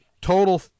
Total